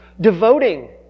Devoting